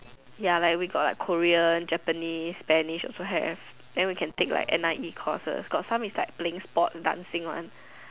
ya like we got like Korean Japanese Spanish also have then we can take like N_I_E courses got some is like playing sports dancing one